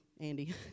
Andy